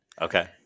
Okay